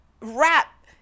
rap